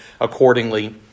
accordingly